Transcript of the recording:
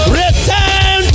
return